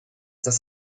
dass